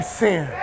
sin